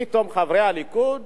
פתאום חברי הליכוד